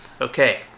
okay